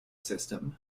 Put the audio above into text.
system